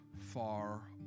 far